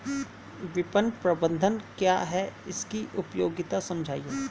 विपणन प्रबंधन क्या है इसकी उपयोगिता समझाइए?